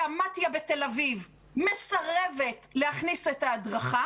והמתי"א בתל-אביב מסרבת להכניס את ההדרכה